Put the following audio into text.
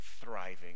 thriving